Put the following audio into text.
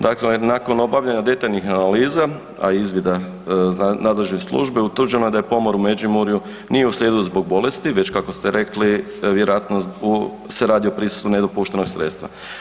Dakle, nakon obavljeno detaljnih analiza, a i izvida nadležne službe, utvrđeno je da je pomor u Međimurju nije uslijedilo zbog bolesti već kako ste rekli, vjerojatno se radi u prisustvu nedopuštenog sredstva.